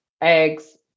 eggs